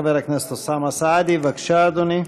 חבר הכנסת אוסאמה סעדי, בבקשה, אדוני.